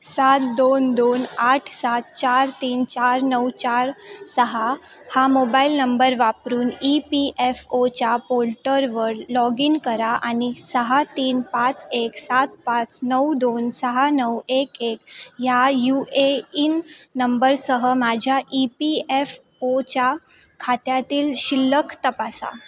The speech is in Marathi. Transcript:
सात दोन दोन आठ सात चार तीन चार नऊ चार सहा हा मोबाईल नंबर वापरून ई पी एफ ओच्या पोर्टरवर लॉग इन करा आणि सहा तीन पाच एक सात पाच नऊ दोन सहा नऊ एक एक ह्या यू ए इन नंबरसह माझ्या ई पी एफ ओच्या खात्यातील शिल्लक तपासा